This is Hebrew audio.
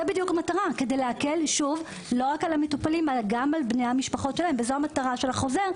המטרה בחוזר היא להקל גם על בני משפחות המטופלים ולא רק על המטופלים.